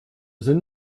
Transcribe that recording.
sind